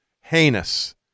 heinous